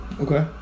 okay